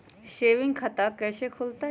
Saving खाता कैसे खुलतई?